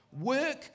Work